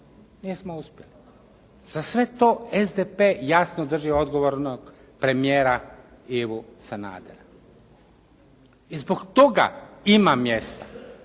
nismo uspjeli. Za sve to SDP jasno drži odgovornog premijera Ivu Sanadera i zbog toga ima mjesta,